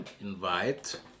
invite